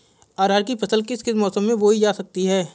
अरहर की फसल किस किस मौसम में बोई जा सकती है?